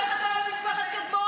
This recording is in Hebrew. בואי נדבר על משפחת קדמוני.